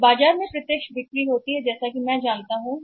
जब बाजार में प्रत्यक्ष बिक्री होती है जैसा कि मैं पहले से ही जानता हूं